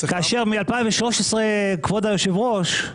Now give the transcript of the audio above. מאז 2013 לא